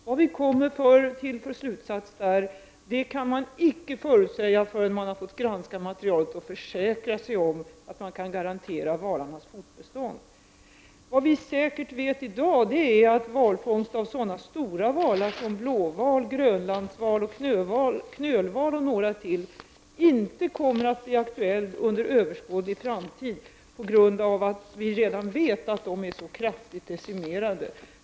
Man kan emellertid inte säga någonting om slutsatserna förrän man har granskat materialet och försäkrat sig om att valarnas fortbestånd garanteras. Vad vi i dag säkert vet är att fångst av sådana stora valar som blåval, grönlandsval, knölval och några till inte kommer att bli aktuell inom en överskådlig framtid, eftersom vi redan vet att dessa arter är så kraftigt decimerade.